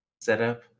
setup